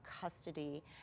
custody